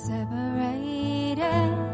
Separated